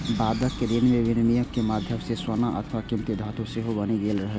बादक दिन मे विनिमय के माध्यम सोना अथवा कीमती धातु सेहो बनि गेल रहै